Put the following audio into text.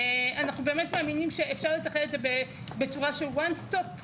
אנחנו באמת מאמינים שאפשר לתכנן את זה בצורה של וואן סטופ,